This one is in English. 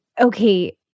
okay